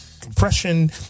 compression